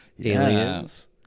aliens